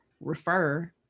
refer